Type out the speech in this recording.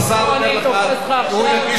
עכשיו אני מושך את ההצעה,